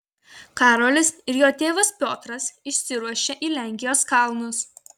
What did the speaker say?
karolis ir jo tėvas piotras išsiruošia į lenkijos kalnus